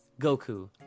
Goku